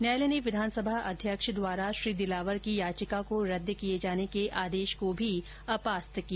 न्यायालय ने विधानसभा अध्यक्ष द्वारा श्री दिलावर की याचिका को रद्द किये जाने के आदेश को भी अपास्त किया